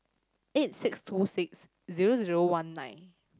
eight six two six zero zero one nine